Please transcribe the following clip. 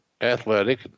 athletic